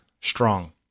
strong